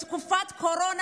בתקופת הקורונה